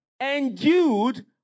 Endued